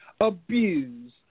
abuse